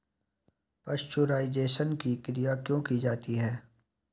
Pasteurisation की क्रिया क्यों की जाती है?